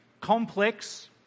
complex